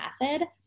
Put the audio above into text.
method